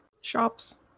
Shops